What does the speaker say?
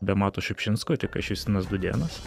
be mato šiupšinsko tik aš justinas dudėnas